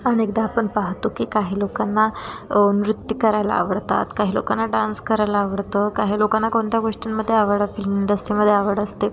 अनेकदा आपण पाहतो की काही लोकांना नृत्य करायला आवडतात काही लोकांना डान्स करायला आवडतं काही लोकांना कोणत्या गोष्टींमध्ये आवड फिल्म इंडस्ट्रीमध्ये आवड असते